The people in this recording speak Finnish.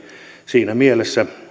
siinä mielessä